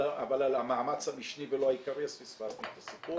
על המאמץ המשני ולא העיקרי אז פספסנו את הסיפור.